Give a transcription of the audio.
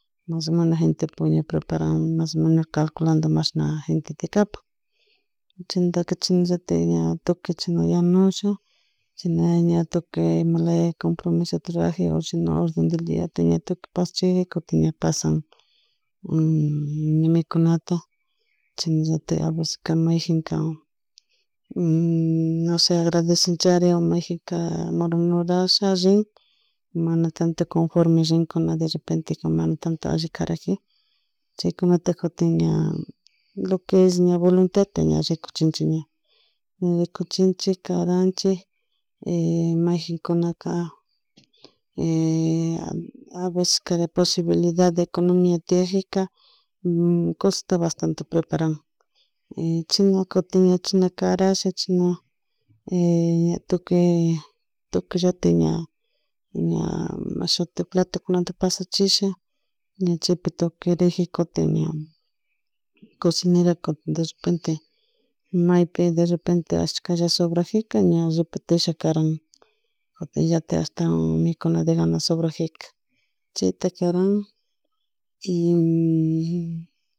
Mas o menos gentepak ña prepran mas o menos calculando mashna gentetek kapan chaymunta chasna llatik tukuy chasna yanusha shina ña tukuy imalaya compromisota rurakji o shina orden del diata ña tukuy pasachik kutin ña kutin pasan mikunata chasnallatik mayjinka nose agradecencharin nose majinka murmurash rin mana tanto conforme rinkuna derrepente mana tanto alli caraji chaykunta cuktin lo es ña voluntad kutin ña rikuchinchik ña ricuchinchik karancik, y mayjinkunaka a veceska de posibilidad economia tiajika cosasta bastante ña preparan china ña chashna karasha chasna tuky tukuyllatik ña ña mashiti platokunta paschisha cahypi tukuy riji ña cocinera kutin derrepente maypi derrepente ashkalla sobrajika repetisha karan kutinllatik ashtawan mikuna degana sobrajek chayta karan y